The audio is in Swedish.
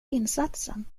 insatsen